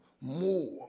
more